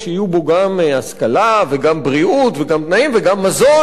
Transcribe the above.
בו גם השכלה וגם בריאות וגם תנאים וגם מזון,